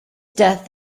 death